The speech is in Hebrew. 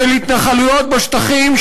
של התנחלויות בשטחים,